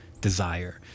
desire